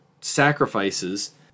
sacrifices